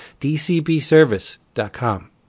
DCBService.com